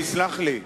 תסלח לי.